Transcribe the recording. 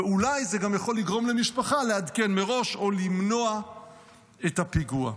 ואולי זה גם יכול לגרום למשפחה לעדכן מראש או למנוע את הפיגוע.